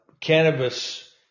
cannabis